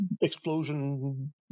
explosion